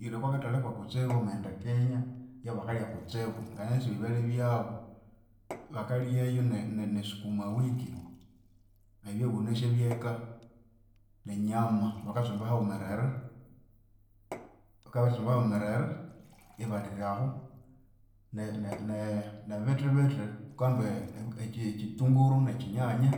yiri okwakathalhi kwakutsibu wamaghenda e Kenya yabakalya kutsibu nganasi bya byalya byabu. Bakalyayu ne sukuma wiki ebyawunasi ebyeka nenyama bakatsumba haghumerere bakabya babitsumba haghumerere, ibalirahu ne nebithi bithi, ghukahamba ekyithunguru nekyinyanya